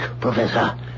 Professor